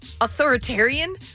authoritarian